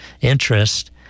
interest